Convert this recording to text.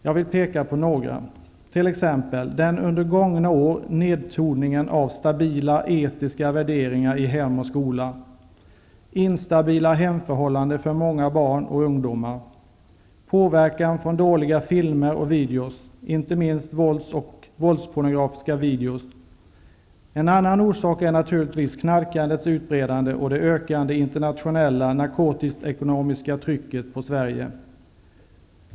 Jag vill peka på några, t.ex.: Den under gångna år skedda nedtoningen av stabila etiska värderingar i Hem och skola. Instabila hemförhållanden för många barn och ungdomar. Påverkan från dåliga filmer och videos, inte minst vålds och våldspornografiska videos. En annan orsak är naturligtvis knarkandets utbredande och det ökande internationella narkotiskt-ekonomiska trycket på Sverige.